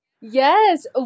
Yes